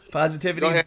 positivity